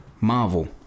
Marvel